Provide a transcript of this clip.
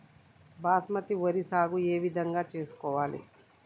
బాస్మతి వరి సాగు ఏ విధంగా చేసుకోవాలి?